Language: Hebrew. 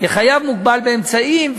כחייב מוגבל באמצעים,